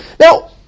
Now